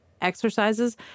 exercises